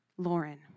Lauren